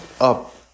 up